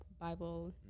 Bible